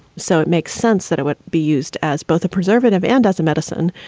so it makes sense that it would be used as both a preservative and as a medicine,